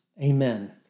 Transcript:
Amen